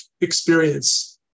experience